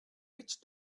witch